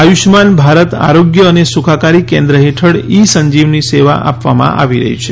આયુષ્માન ભારત આરોગ્ય અને સુખાકારી કેન્દ્ર હેઠળ ઇ સંજીવની સેવા આપવામાં આવી રહી છે